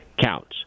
counts